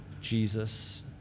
Jesus